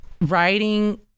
writing